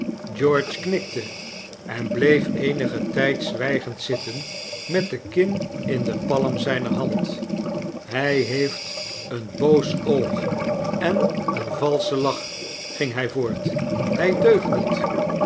george knikte en bleef eenigen tyd zwygend zitten met de kin in de palm zyner hand hy heeft een boos oog en een valschen lach ging hjj voort hij deugt niet